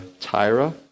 Tyra